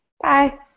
Bye